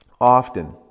often